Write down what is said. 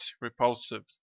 repulsive